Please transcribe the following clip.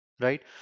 Right